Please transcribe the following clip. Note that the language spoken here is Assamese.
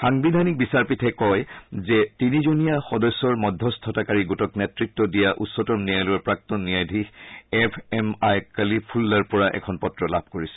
সাংবিধানিক বিচাৰপীঠে কয় যে তিনিজনীয়া সদস্যৰ মধ্যস্থতাকাৰী গোটক নেতৃত্ব দিয়া উচ্চতম ন্যায়ালয়ৰ প্ৰাক্তন ন্যায়াধীশ এফ এম আই কালিফুল্লাৰপৰা এখন পত্ৰ লাভ কৰিছে